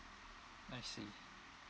I see